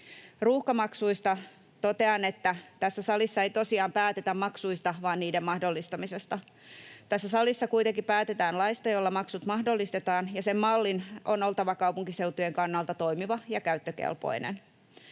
Ruuhkamaksuista totean, että tässä salissa ei tosiaan päätetä maksuista vaan niiden mahdollistamisesta. Tässä salissa kuitenkin päätetään laista, jolla maksut mahdollistetaan, ja sen mallin on oltava kaupunkiseutujen kannalta toimiva ja käyttökelpoinen.